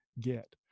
get